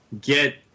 get